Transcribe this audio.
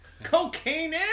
cocaine